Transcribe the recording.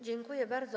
Dziękuję bardzo.